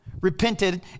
repented